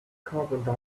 carbon